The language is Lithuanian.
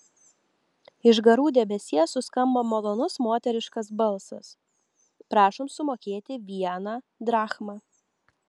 iš garų debesies suskambo malonus moteriškas balsas prašom sumokėti vieną drachmą